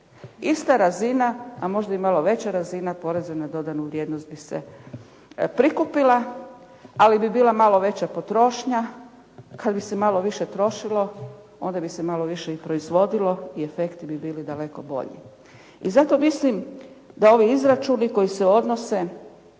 Ista razina a možda i malo veća razina poreza na dodanu vrijednost bi se prikupila ali bi bila malo veća potrošnja. Kad bi se malo više trošilo onda bi se malo više i proizvodilo i efekti bi bili daleko bolji. I zato mislim da ovi izračuni koji se odnose